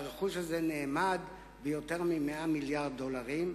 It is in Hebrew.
והרכוש הזה נאמד ביותר מ-100 מיליארד דולרים,